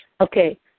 Okay